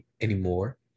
anymore